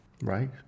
Right